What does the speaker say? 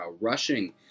Rushing